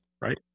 Right